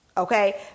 Okay